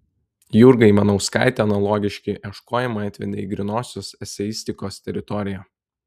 jurgą ivanauskaitę analogiški ieškojimai atvedė į grynosios eseistikos teritoriją